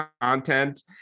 content